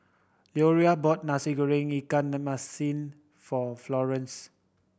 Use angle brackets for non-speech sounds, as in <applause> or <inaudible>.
Leroy bought Nasi Goreng ikan <unintelligible> masin for Florence